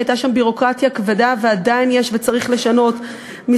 הייתה שם ביורוקרטיה כבדה ועדיין יש וצריך לשנות,